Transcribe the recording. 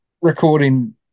recording